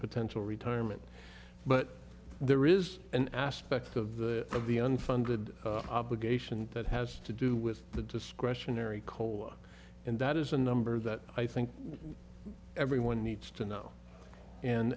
potential retirement but there is an aspect of the of the unfunded obligations that has to do with the discretionary cola and that is a number that i think everyone needs to know and